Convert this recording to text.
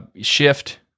shift